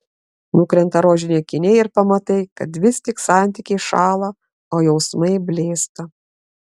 nukrenta rožiniai akiniai ir pamatai kad vis tik santykiai šąla o jausmai blėsta